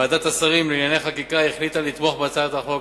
ועדת השרים לענייני חקיקה החליטה לתמוך בהצעת החוק.